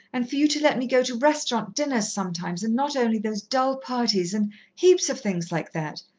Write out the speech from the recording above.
and for you to let me go to restaurant dinners sometimes, and not only those dull parties and heaps of things like that.